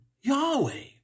Yahweh